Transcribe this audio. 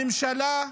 הממשלה,